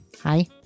Hi